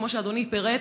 כמו שאדוני פירט.